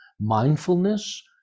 mindfulness